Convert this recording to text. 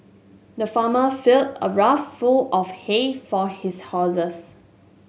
the farmer filled a rough full of hay for his horses